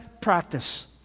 practice